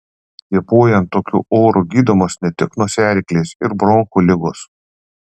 kvėpuojant tokiu oru gydomos ne tik nosiaryklės ir bronchų ligos